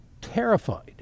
terrified